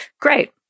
great